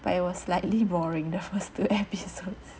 but it was slightly boring the first two episodes